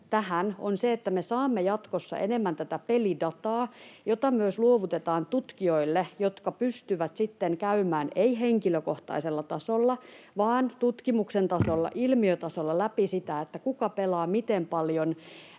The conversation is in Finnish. tähän on se, että me saamme jatkossa enemmän pelidataa, jota myös luovutetaan tutkijoille, jotka pystyvät sitten käymään — ei henkilökohtaisella tasolla, vaan tutkimuksen tasolla, ilmiötasolla — läpi sitä, kuka pelaa, miten paljon,